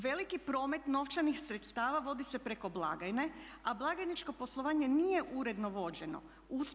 Veliki promet novčanih sredstava vodi se preko blagajne, a blagajničko poslovanje nije uredno vođeno.